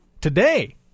today